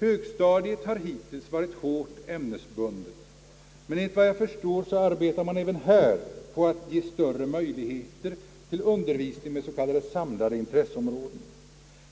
Högstadiet har hittills varit hårt ämnesbundet, men enligt vad jag förstår så arbetar man även här på att ge större möjligheter till undervisning med s.k. samlade intresseområden,